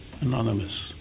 anonymous